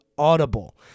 Audible